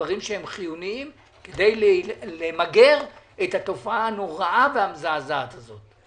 דברים שהם חיוניים כדי למגר את התופעה הנוראה והמזעזעת הזאת.